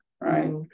right